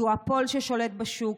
דואופול ששולט בשוק,